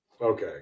Okay